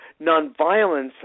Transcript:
nonviolence